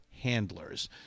handlers